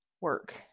work